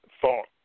thought